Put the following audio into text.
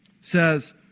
says